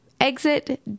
exit